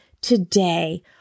today